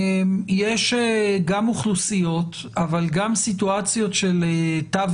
יש גם אוכלוסיות אבל גם סיטואציות של תו